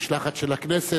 משלחת של הכנסת,